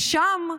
ושם,